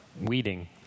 weeding